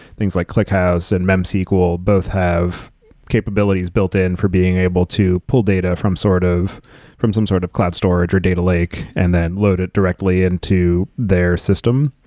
things like clickhouse and memsql both have capabilities built in for being able to pull data from sort of from some sort of cloud storage or data lake and then load it directly into their system.